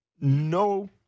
no